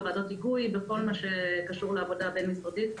בוועדות היגוי ובכל מה שקשור לעבודה הבין משרדית.